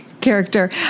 character